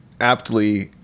aptly